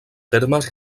termes